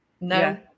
no